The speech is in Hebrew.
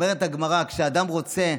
אומרת הגמרא: כשאדם רוצה,